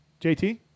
JT